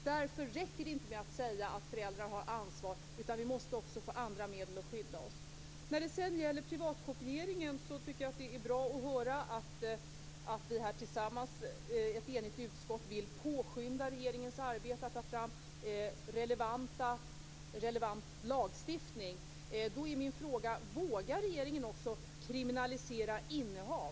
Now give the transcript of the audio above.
Därför räcker det inte att säga att föräldrar har ansvar. Vi måste också få andra medel för att kunna skydda oss. Det är bra att ett enigt utskott vill påskynda regeringens arbete med att ta fram relevant lagstiftning mot privatkopiering. Min fråga är om regeringen också vågar kriminalisera innehav.